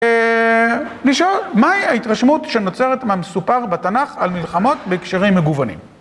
לשאול, מהי ההתרשמות שנוצרת מהמסופר בתנ״ך על מלחמות בקשרים מגוונים?